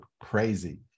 crazy